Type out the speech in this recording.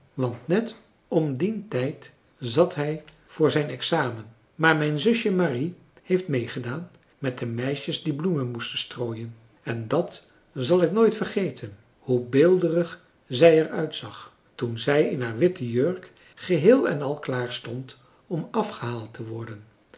want net om dien tijd zat hij voor zijn examen maar mijn zusje marie heeft meegedaan met de meisjes die bloemen moesten strooien en dat zal ik nooit vergeten hoe beelderig zij er uitzag toen zij in haar witte jurk geheel en al klaar stond om afgehaald te worden